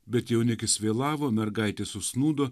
bet jaunikis vėlavo mergaitės užsnūdo